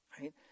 Right